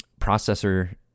Processor